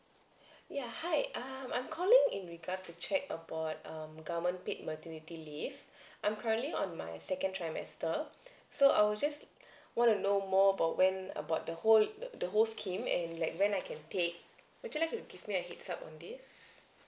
ya hi uh I'm calling in regards to check about um government paid maternity leave I'm currently on my second trimester so I was just want to know more about when about the whole the whole scheme and like when I can take would you like to give me a heads up on this